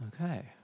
Okay